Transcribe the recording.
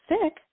sick